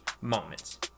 moments